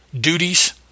duties